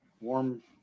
warm